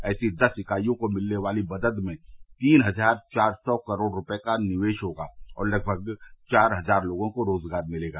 ऐसी दस इकाइयों को मिलने वाली मदद में तीन हजार चार सौ करोड़ रुपए का निवेश होगा और लगभग चार हजार लोगों को रोजगार मिलेगा